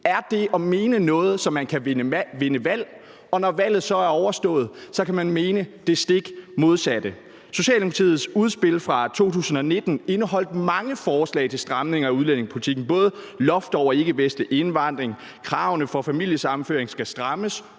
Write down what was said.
det om at mene noget, så man kan vinde valg, og når valget så er overstået, kan man mene det stik modsatte? Socialdemokratiets udspil fra 2019 indeholdt mange forslag til stramninger af udlændingepolitikken, bl.a. loft over ikkevestlig indvandring, og at kravene til familiesammenføring skal strammes.